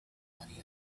money